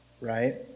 right